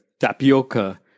tapioca